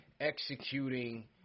executing